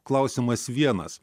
klausimas vienas